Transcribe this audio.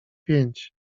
pięć